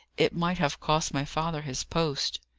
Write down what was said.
it might have cost my father his post.